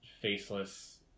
Faceless